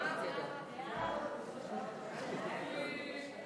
ההצעה להעביר את הצעת